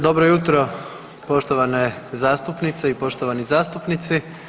Dobro jutro poštovane zastupnice i poštovani zastupnici.